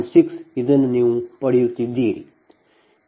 60 ಇದನ್ನು ನೀವು ಪಡೆಯುತ್ತಿದ್ದೀರಿ